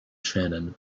shannon